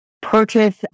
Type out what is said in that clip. purchase